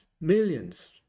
millions